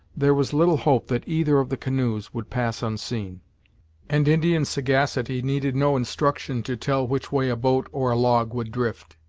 there was little hope that either of the canoes would pass unseen and indian sagacity needed no instruction to tell which way a boat or a log would drift,